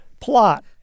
plot